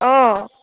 অঁ